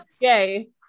gay